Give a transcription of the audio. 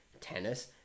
tennis